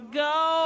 go